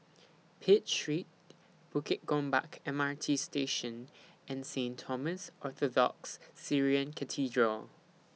Pitt Street Bukit Gombak M R T Station and Saint Thomas Orthodox Syrian Cathedral